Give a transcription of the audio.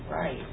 Right